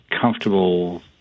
comfortable